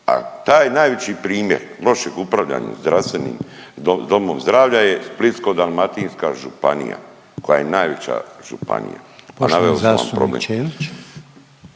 a taj najveći primjer lošeg upravljanja u zdravstvenim domom zdravlja je Splitsko-dalmatinska županija koje je najveća županija, a naveo